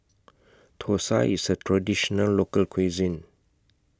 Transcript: Thosai IS A Traditional Local Cuisine